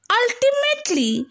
ultimately